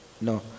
No